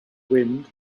wind